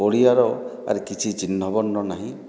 ଓଡ଼ିଆର ଆର୍ କିଛି ଚିହ୍ନବର୍ଣ୍ଣ ନାହିଁ